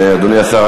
תודה רבה, אדוני השר.